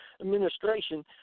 administration